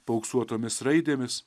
paauksuotomis raidėmis